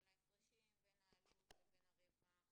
של ההפרשים בין העלות לבין הרווח,